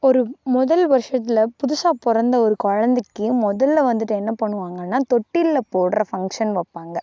ஒரு முதல் வருஷத்தில் புதுசாக பிறந்த ஒரு குழந்தைக்கு முதல்ல வந்துவிட்டு என்ன பண்ணுவாங்கன்னா தொட்டிலில் போடுற ஃபங்க்ஷன் வைப்பாங்க